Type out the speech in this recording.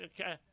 Okay